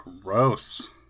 gross